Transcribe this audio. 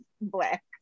black